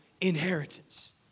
inheritance